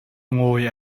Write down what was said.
ngawi